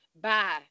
Bye